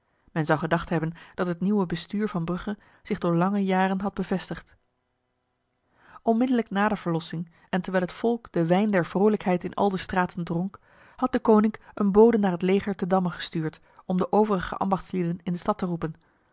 men zou gedacht hebben dat het nieuwe bestuur van brugge zich door lange jaren had bevestigd onmiddellijk na de verlossing en terwijl het volk de wijn der vrolijkheid in al de straten dronk had deconinck een bode naar het leger te damme gestuurd om de overige ambachtslieden in de stad te roepen